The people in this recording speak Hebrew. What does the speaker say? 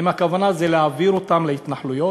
האם הכוונה זה להעביר אותם להתנחלויות?